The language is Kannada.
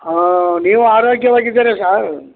ಹಾಂ ನೀವು ಆರೋಗ್ಯವಾಗಿದ್ದೀರಾ ಸಾರ್